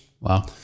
Wow